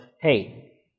hey